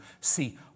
See